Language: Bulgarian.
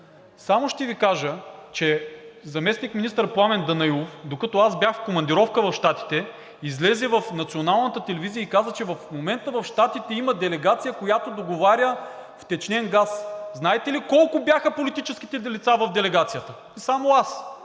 Само ще Ви кажа, че заместник-министър Пламен Данаилов, докато аз бях в командировка в Щатите, излезе в националната телевизия и каза, че в момента в Щатите има делегация, която договаря втечнен газ. Знаете ли колко бяха политическите лица в делегацията? Само аз.